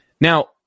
Now